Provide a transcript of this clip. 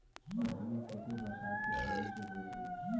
धान के खेती बरसात के पानी से हो जाई?